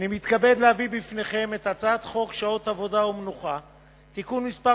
אני מתכבד להביא בפניכם את הצעת חוק שעות עבודה ומנוחה (תיקון מס'